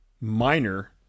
minor